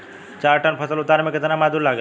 चार टन फसल उतारे में कितना मजदूरी लागेला?